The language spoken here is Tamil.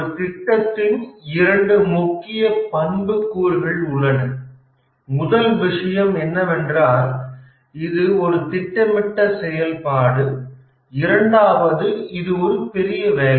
ஒரு திட்டத்தின் இரண்டு முக்கிய பண்புக்கூறுகள் உள்ளன முதல் விஷயம் என்னவென்றால் இது ஒரு திட்டமிட்ட செயல்பாடு இரண்டாவது இது ஒரு பெரிய வேலை